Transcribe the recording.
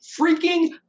freaking